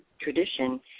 tradition